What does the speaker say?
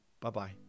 Bye-bye